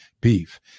beef